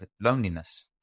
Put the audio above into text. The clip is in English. loneliness